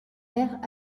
mère